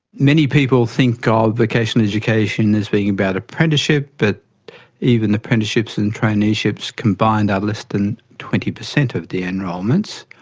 many people thing ah of vocational education as being about apprenticeships, but even apprenticeships and traineeships combined are less than twenty percent of the enrolments.